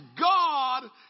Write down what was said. God